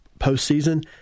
postseason